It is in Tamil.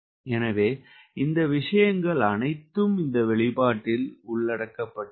எனவே இந்த விஷயங்கள் அனைத்தும் இந்த வெளிப்பாட்டில் உள்ளடக்கப்பட்டிருக்கும்